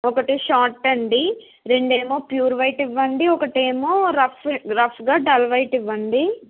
ఒకటి షార్ట్ అండి రెండు ఏమో ప్యూర్ వైట్ ఇవ్వండి ఒకటి ఏమో రఫ్ రఫ్గా డల్ వైట్ ఇవ్వండి